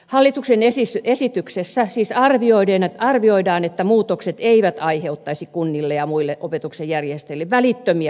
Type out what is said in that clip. hallituksen esityksessä siis arvioidaan että muutokset eivät aiheuttaisi kunnille ja muille opetuksen järjestäjille välittömiä lisäkustannuksia